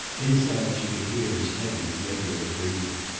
inside she could hear his heavy, regular breathing.